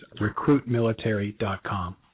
recruitmilitary.com